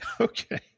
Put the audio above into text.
Okay